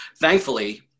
thankfully